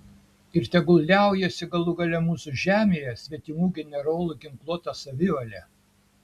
ir tegul liaujasi galų gale mūsų žemėje svetimų generolų ginkluota savivalė